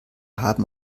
haben